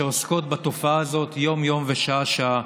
שעוסקות בתופעה הזאת יום-יום ושעה-שעה.